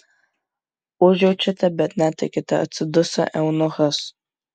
užjaučiate bet netikite atsiduso eunuchas